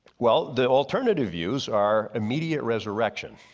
well, the alternative views are immediate resurrection.